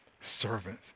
servant